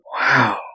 Wow